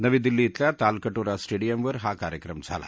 नवी दिल्ली इथल्या तालक रा सर्टिडियमवर हा कार्यक्रम झाला